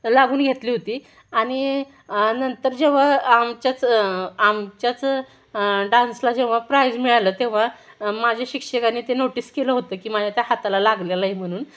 लागून घेतली होती आणि नंतर जेव्हा आमच्याच आमच्याच डान्सला जेव्हा प्राईज मिळालं तेव्हा माझ्या शिक्षकांनी ते नोटीस केलं होतं की माझ्या त्या हाताला लागलेलं आहे म्हणून